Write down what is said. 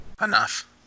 Enough